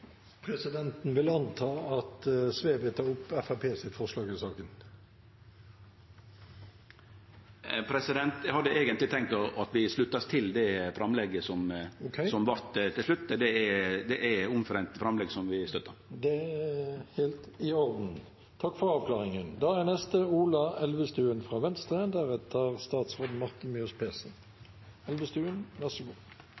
Presidenten vil anta at representanten Sve vil ta opp Fremskrittspartiets forslag i saken. Vi sluttar oss heller til det framlegget som vart tilrådinga frå komiteen til slutt. Det er eit framlegg som har støtte frå alle, også oss. Det er helt i orden – takk for avklaringen. Først vil jeg takke forslagsstillerne for å ha fremmet forslaget. Åkneset er